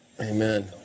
Amen